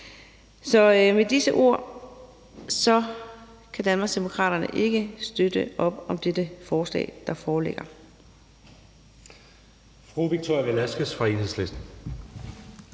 Så med disse ord kan Danmarksdemokraterne ikke støtte op om det forslag, der foreligger.